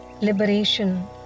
liberation